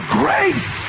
grace